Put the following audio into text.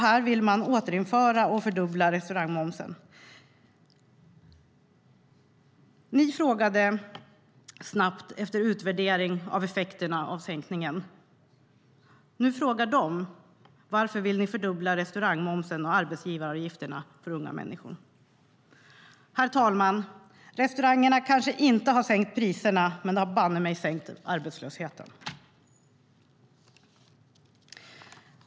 Här vill man återinföra och fördubbla restaurangmomsen. Ni frågade snabbt efter en utvärdering av effekterna av sänkningen. Nu frågar de : Varför vill ni fördubbla restaurangmomsen och arbetsgivaravgifterna för unga människor? Herr talman! Restaurangerna kanske inte har sänkt priserna, men de har banne mig sänkt arbetslösheten.